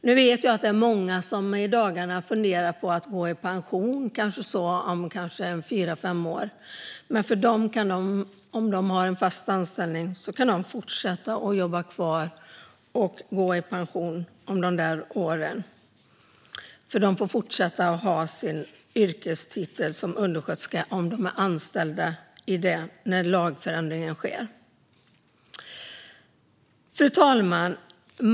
Jag vet att det är många som i dag funderar på att gå i pension om fyra fem år, men om de har fast anställning kan de jobba kvar och gå i pension efter det året. De får fortsätta ha sin yrkestitel som undersköterska om de är anställda när lagändringen sker. Fru talman!